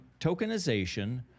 tokenization